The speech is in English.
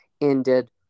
ended